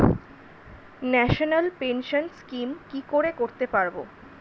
National pension scheme কি করে করতে পারব?